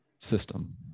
system